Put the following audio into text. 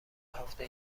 هفته